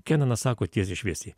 kenanas sako tiesiai šviesiai